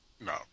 No